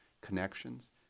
connections